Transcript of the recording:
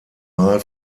mal